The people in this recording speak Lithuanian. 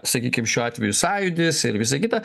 sakykim šiuo atveju sąjūdis ir visa kita